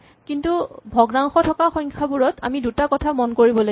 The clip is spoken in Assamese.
কিন্তু ভগ্নাংশ থকা সংখ্যাবোৰত আমি দুটা কথা মন কৰিব লাগিব